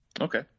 Okay